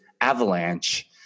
Avalanche